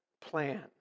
plan